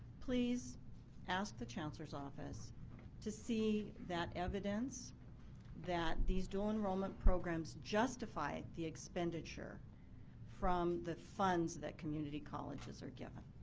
please ask the chancellor so office to see that evidence that these dual enrollment programs justify the expenditure from the funds that community colleges are given.